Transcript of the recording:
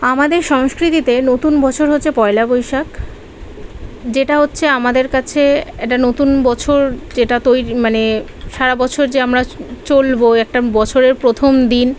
আমাদের সংস্কৃতিতে নতুন বছর হচ্ছে পয়লা বৈশাখ যেটা হচ্ছে আমাদের কাছে একটা নতুন বছর যেটা তৈরি মানে সারা বছর যে আমরা চলব একটা বছরের প্রথম দিন